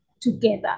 together